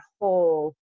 whole